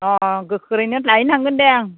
अ गोख्रैयैनो लायनो थांगोन दे आं